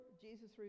Jesus